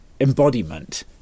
embodiment